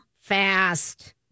fast